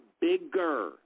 bigger